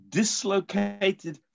dislocated